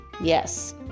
Yes